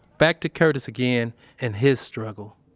back to curtis again and his struggle